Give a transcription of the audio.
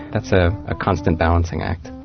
that's a ah constant balancing act.